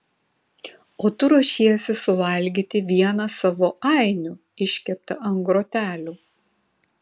o tu ruošiesi suvalgyti vieną savo ainių iškeptą ant grotelių